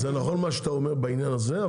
כן זה נכון מה שאתה אומר בעניין הזה,